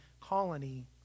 colony